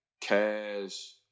cash